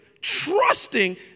trusting